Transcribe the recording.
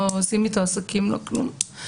לא עושים איתו עסקים לא כלום,